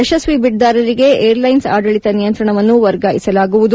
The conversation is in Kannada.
ಯಶಸ್ವಿ ಬಿಡ್ದಾರರಿಗೆ ಏರ್ಲ್ಟೆನ್ಟ್ ಆಡಳಿತ ನಿಯಂತ್ರಣವನ್ನು ವರ್ಗಾಯಿಸಲಾಗುವುದು